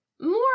More